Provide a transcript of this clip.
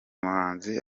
muhanzi